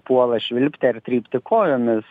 puola švilpti ar trypti kojomis